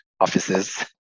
offices